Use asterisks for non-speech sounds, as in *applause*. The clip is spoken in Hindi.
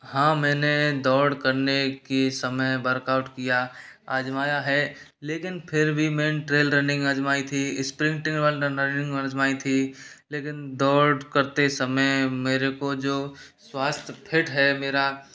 हाँ मैंने दौड़ करने की समय वर्कआउट किया आजमाया है लेकिन फिर भी *unintelligible* लर्निंग आजमायी थी इस *unintelligible* आजमायी थी लेकिन दौड़ करते समय मेरे को जो स्वास्थ्य फिट है मेरा